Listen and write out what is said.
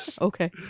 Okay